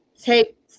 take